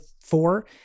four